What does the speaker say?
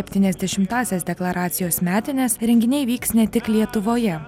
septyniasdešimtąsias deklaracijos metines renginiai vyks ne tik lietuvoje